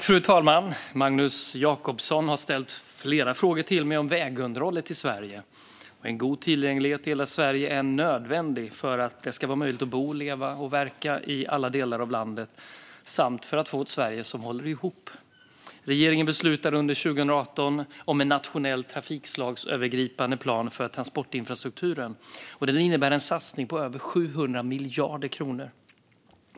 Fru talman! Magnus Jacobsson har ställt flera frågor till mig om vägunderhållet i Sverige. En god tillgänglighet i hela Sverige är nödvändig för att det ska vara möjligt att bo, leva och verka i alla delar av landet samt för att få ett Sverige som håller ihop. Regeringen beslutade under 2018 om en nationell trafikslagsövergripande plan för transportinfrastrukturen, och den innebär en satsning på över 700 miljarder kronor.